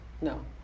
No